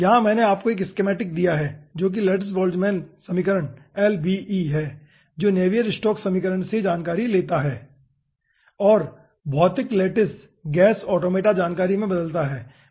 यहाँ मैंने आपको 1 स्कीमैटिक दिया है जो कि लैटिस बोल्ट्जमैन समीकरण LBE है जो नेवियर स्ट्रोक्स समीकरण से जानकारी लेता है और भौतिक लैटिस गैस ऑटोमेटा जानकारी में बदलता है